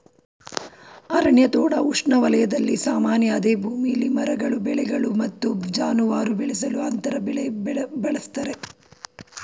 ಅರಣ್ಯ ತೋಟ ಉಷ್ಣವಲಯದಲ್ಲಿ ಸಾಮಾನ್ಯ ಅದೇ ಭೂಮಿಲಿ ಮರಗಳು ಬೆಳೆಗಳು ಮತ್ತು ಜಾನುವಾರು ಬೆಳೆಸಲು ಅಂತರ ಬೆಳೆ ಬಳಸ್ತರೆ